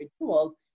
tools